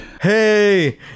Hey